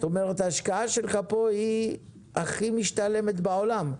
זאת אומרת, ההשקעה שלך פה היא הכי משתלמת בעולם,